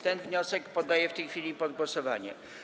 Ten wniosek poddam w tej chwili pod głosowanie.